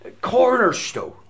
cornerstone